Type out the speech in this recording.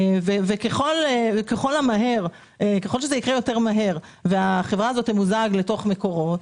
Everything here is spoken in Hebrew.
ככל שזה יקרה יותר מהר והחברה הזאת תמוזג לתוך מקורות,